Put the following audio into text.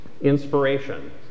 inspiration